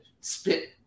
spit